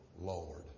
Lord